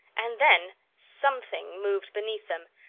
and then something moved beneath them,